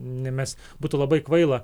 ne mes būtų labai kvaila